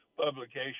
publication